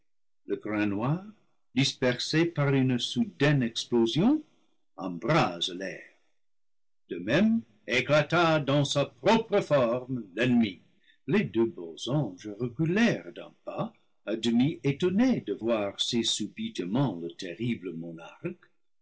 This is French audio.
le grain noir dispersé par une soudaine explosion embrase l'air de même éclata dans sa propre forme l'ennemi les deux beaux anges reculèrent d'un pas à demi étonné de voir si subitement le terrible